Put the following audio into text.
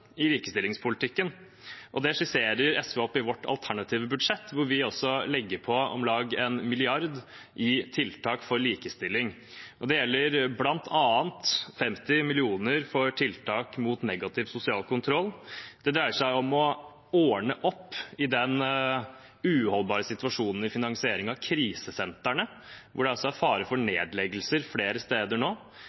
i likestillingspolitikken, og det skisserer SV opp i sitt alternative budsjett, hvor vi legger på om lag én milliard kroner i tiltak for likestilling. Det gjelder bl.a. 50 mill. kr for tiltak mot negativ sosial kontroll. Det dreier seg om å ordne opp i den uholdbare situasjonen når det gjelder finansieringen av krisesentrene, hvor det nå er fare for nedleggelser flere steder.